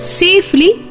safely